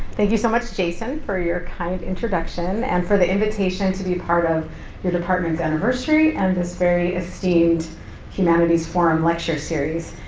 thank you so much, jason, for your kind introduction and for the invitation to be part of your department's anniversary and this very esteemed humanities forum lecture series.